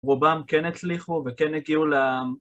רובם כן הצליחו וכן הגיעו...